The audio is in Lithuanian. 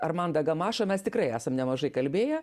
amandą gamašą mes tikrai esam nemažai kalbėję